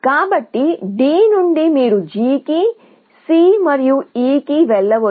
కాబట్టి D నుండి మీరు G కి C మరియు E కి వెళ్ళవచ్చు